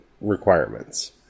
requirements